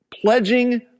pledging